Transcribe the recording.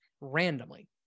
randomly